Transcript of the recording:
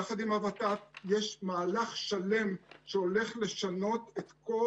יחד עם הוות"ת יש מהלך שלם שהולך לשנות את כל